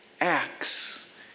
Acts